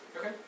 Okay